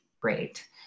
great